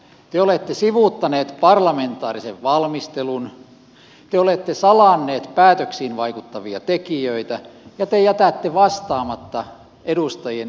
te olette sivuuttaneet parlamentaarisen valmistelun te olette salanneet päätöksiin vaikuttavia tekijöitä ja te jätätte vastaamatta edustajien esittämiin kysymyksiin